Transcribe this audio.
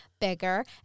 bigger